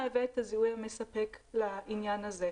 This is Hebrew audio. זה מהווה את הזיהוי המספק בעניין הזה.